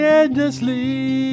endlessly